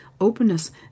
openness